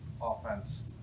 Offense